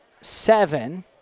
seven